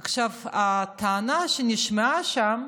עכשיו, הטענה שנשמעה שם,